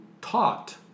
taught